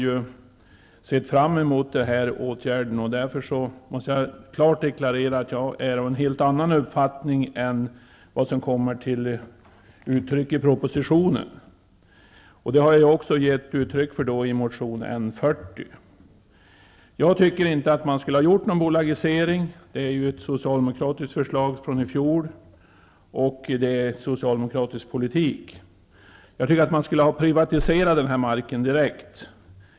Vi har sett fram emot den här åtgärden, varför jag klart måste deklarera att jag är av en helt annan uppfattning än vad som kommer till uttryck i propositionen, och det har jag också gett uttryck för i motion N40. Jag anser att man inte skulle ha gjort någon bolagisering. Det är ett socialdemokratiskt förslag från i fjol, och det är socialdemokratisk politik. Man skulle i allra största utsträckning ha privatiserat den här marken direkt.